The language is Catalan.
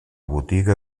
botiga